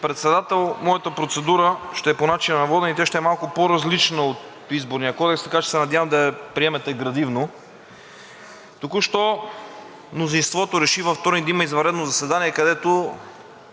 Председател, моята процедура ще е по начина на водене и тя ще е малко по-различна от Изборния кодекс, така че се надявам да я приемете градивно. Току-що мнозинството реши във вторник да има извънредно заседание, където